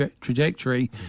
trajectory